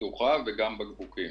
שטוחה וגם בקבוקים.